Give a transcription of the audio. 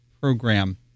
program